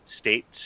states